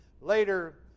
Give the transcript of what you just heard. Later